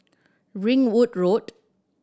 Ringwood Road